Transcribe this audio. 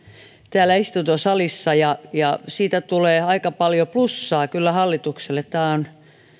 täällä istuntosalissa ja ja siitä tulee aika paljon plussaa kyllä hallitukselle tämä on